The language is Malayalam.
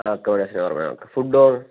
അക്കോമഡേഷൻ ഓർമയുണ്ട് ഫുഡ്ഡോ